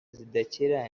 zidakira